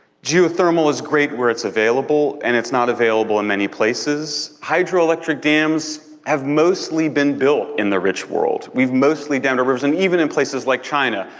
geothermal is great where it's available, and it's not available in many places. hydro-electric dams have mostly been built in the rich world. we've mostly dammed the rivers, and even in places like china,